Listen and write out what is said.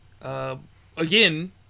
Again